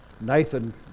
Nathan